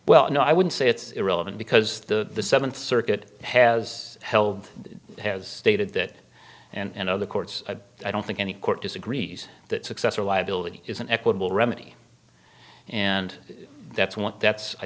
well no i would say it's irrelevant because the seventh circuit has held has stated that and other courts i don't think any court disagrees that successor liability is an equitable remedy and that's what that's i